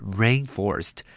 rainforest